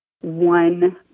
one